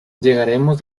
llegaremos